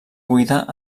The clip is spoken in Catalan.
buida